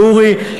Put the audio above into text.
ולאורי,